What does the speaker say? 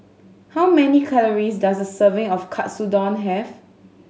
how many calories does a serving of Katsudon have